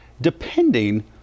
depending